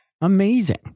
Amazing